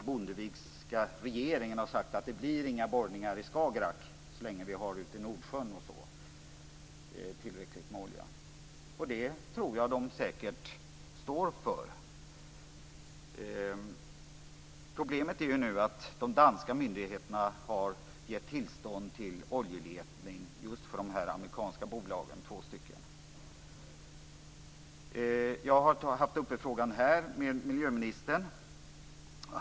Bondevikska regeringen har sagt att det inte blir några borrningar i Skagerrak så länge man har tillräckligt med olja ute i Nordsjön. Det tror jag säkert att de står för. Problemet är nu att de danska myndigheterna har gett tillstånd till oljeletning just för dessa två amerikanska bolag. Jag har tagit upp frågan med miljöministern här.